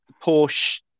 Porsche